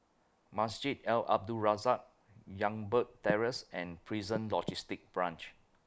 Masjid Al Abdul Razak Youngberg Terrace and Prison Logistic Branch